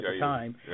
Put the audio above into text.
time